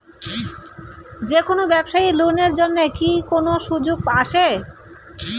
যে কোনো ব্যবসায়ী লোন এর জন্যে কি কোনো সুযোগ আসে?